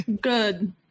Good